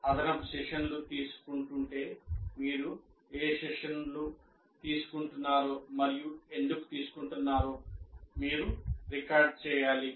మీరు అదనపు సెషన్లు తీసుకుంటుంటే మీరు ఏ సెషన్లు తీసుకుంటున్నారో మరియు ఎందుకు తీసుకుంటున్నారో మీరు రికార్డ్ చేయాలి